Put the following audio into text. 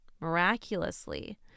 miraculously